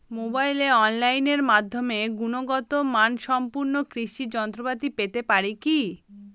মোবাইলে অনলাইনের মাধ্যমে গুণগত মানসম্পন্ন কৃষি যন্ত্রপাতি পেতে পারি কি?